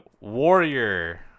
warrior